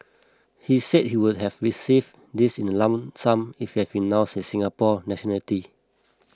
he said he would have received this in a lump sum if he had renounced his Singaporean nationality